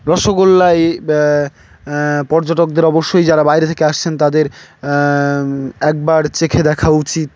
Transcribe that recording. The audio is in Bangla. রসগোল্লায় পর্যটকদের অবশ্যই যারা বাইরে থেকে আসছেন তাদের একবার চেখে দেখা উচিত